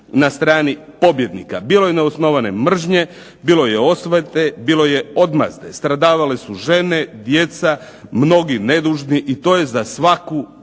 na strani pobjednika. Bilo je neosnovane mržnje, bilo je osvete, bilo je odmazde, stradavale su žene, djeca, mnogi nedužni i to je za svaku